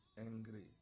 angry